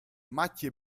macchie